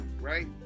right